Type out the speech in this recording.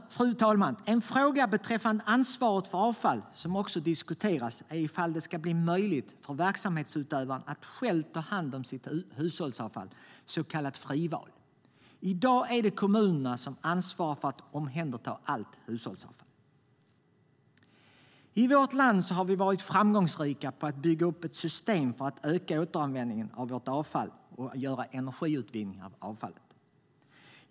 Fru talman! En fråga beträffande ansvaret för avfall som också diskuteras är ifall det ska bli möjligt för verksamhetsutövare att själva ta hand om sitt hushållsavfall - så kallat frival. I dag är det kommunerna som ansvarar för omhändertagandet av allt hushållsavfall. I vårt land har vi varit framgångsrika med att bygga upp ett system för att öka återanvändningen av vårt avfall och utvinna energi ur avfallet.